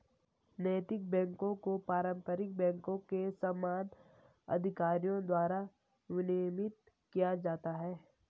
नैतिक बैकों को पारंपरिक बैंकों के समान अधिकारियों द्वारा विनियमित किया जाता है